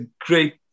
great